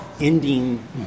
ending